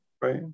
right